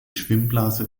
schwimmblase